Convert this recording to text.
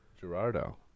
Gerardo